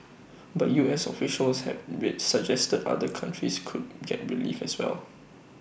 but U S officials have be suggested other countries could get relief as well